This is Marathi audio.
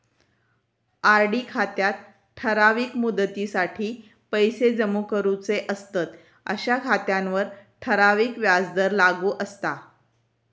आर.डी खात्यात ठराविक मुदतीसाठी पैशे जमा करूचे असतंत अशा खात्यांवर ठराविक व्याजदर लागू असता